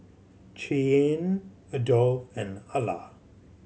Cheyanne Adolf and Alla